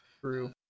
True